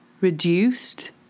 reduced